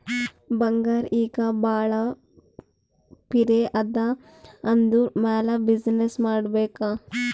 ಬಂಗಾರ್ ಈಗ ಭಾಳ ಪಿರೆ ಅದಾ ಅದುರ್ ಮ್ಯಾಲ ಬಿಸಿನ್ನೆಸ್ ಮಾಡ್ಬೇಕ್